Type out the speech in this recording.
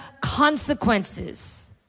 consequences